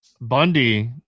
Bundy